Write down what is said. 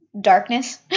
darkness